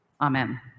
Amen